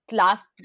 last